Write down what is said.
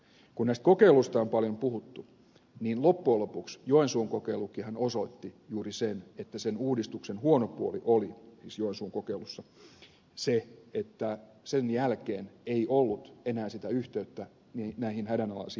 kun näistä kokeiluista on paljon puhuttu niin loppujen lopuksi joensuun kokeiluhan osoitti juuri sen että sen uudistuksen huono puoli oli siis joensuun kokeilussa se että sen jälkeen ei ollut enää sitä yhteyttä näihin hädänalaisiin ihmisiin